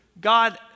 God